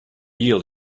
yield